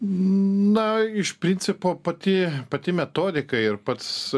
na iš principo pati pati metodika ir pats